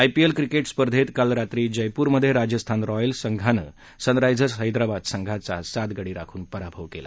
IPL cricket स्पर्धेत काल रात्री जयपूरमधे राजस्थान रॉयल्स संघानं सनरायझर्स हैदराबाद संघाचा सात गडी राखून पराभव केला